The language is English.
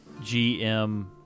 gm